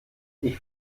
ich